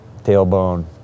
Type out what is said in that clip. tailbone